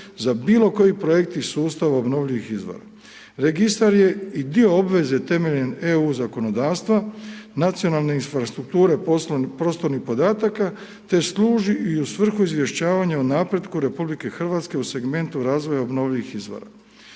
za bilokoji projektni sustav obnovljivih izvora. Registar je i dio obveze temeljem EU zakonodavstva, nacionalne infrastrukture prostornih podataka te služi i u svrhu izvještavanja o napretku RH u segmentu razvoja obnovljivih izvora.